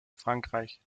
frankreich